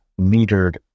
metered